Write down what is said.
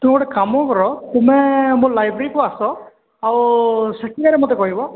ତୁମେ ଗୋଟେ କାମ କର ତୁମେ ମୋ ଲାଇବ୍ରେରୀକୁ ଆସ ଆଉ ସେଠିକାର ମୋତେ କହିବ